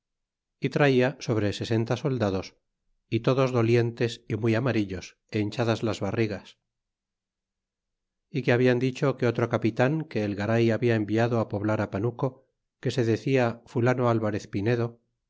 y trola sobre sesenta soldados y todos dolientes y muy amarillos é hinchadas las barrigas y que habian dicho que otro capitan que el garay habla enviado poblar panuco que se decia fulano alvarez